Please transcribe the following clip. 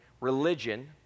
religion